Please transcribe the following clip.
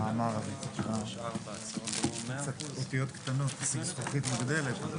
הישיבה ננעלה בשעה 11:10.